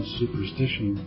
superstition